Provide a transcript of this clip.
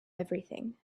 everything